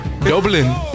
Dublin